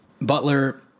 Butler